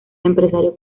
empresario